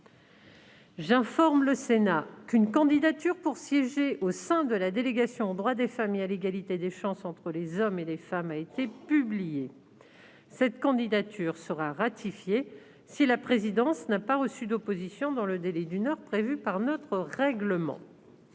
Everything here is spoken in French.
J'informe le Sénat qu'une candidature pour siéger au sein de la délégation aux droits des femmes et à l'égalité des chances entre les hommes et les femmes a été publiée. Cette candidature sera ratifiée si la présidence n'a pas reçu d'opposition dans le délai d'une heure prévu par notre règlement.